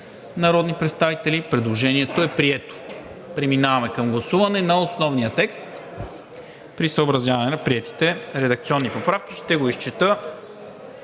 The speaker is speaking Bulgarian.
въздържали се 4. Предложението е прието. Преминаваме към гласуване на основния текст, при съобразяване с приетите редакционни поправки. Ще го изчета